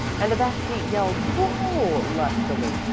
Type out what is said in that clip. and the back seat yelled whoa! lustily,